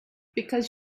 because